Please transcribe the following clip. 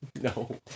no